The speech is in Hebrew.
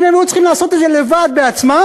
אילו היו צריכים לעשות את זה לבד, בעצמם,